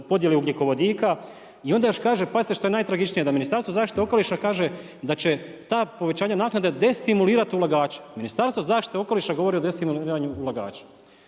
podjeli ugljikovodika, i onda još kaže pazite što je najtragičnije, da Ministarstvo zaštite okoliša kaže, da će ta povećanja naknade destimulirati ulagača. Ministarstvo zaštite okoliša govorio o destimuliranju ulagača.